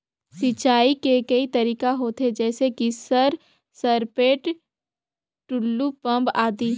सिंचाई के कई तरीका होथे? जैसे कि सर सरपैट, टुलु पंप, आदि?